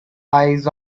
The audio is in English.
eyes